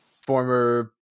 former